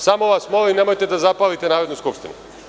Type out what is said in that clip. Samo vas molim nemojte da zapalite Narodnu skupštinu.